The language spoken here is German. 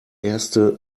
erste